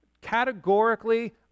Categorically